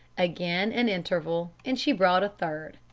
again an interval, and she brought a third.